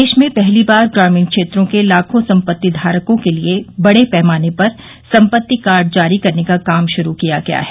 देश में पहली बार ग्रामीण क्षेत्रों के लाखों संपत्ति धारकों के लिए बड़े पैमाने पर संपत्ति कार्ड जारी करने का काम शुरू किया गया है